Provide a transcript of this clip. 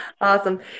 Awesome